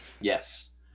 Yes